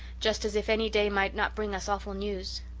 just as if any day might not bring us awful news.